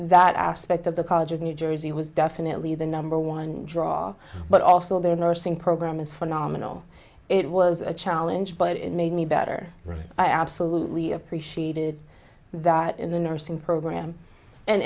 that aspect of the college of new jersey was definitely the number one draw but also their nursing program is phenomenal it was a challenge but it made me better i absolutely appreciated that in the nursing program